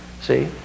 See